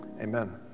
amen